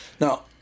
Now